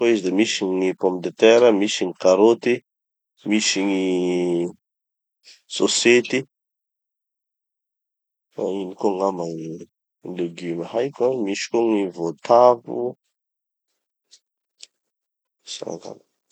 Koa izy de misy gny pommes de terre, misy gny karoty, misy gny sosety, da ino koa angamba gny leguma haiko an, misy koa gny votavo, zay angamba.